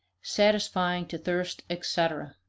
satisfying to thirst, etc.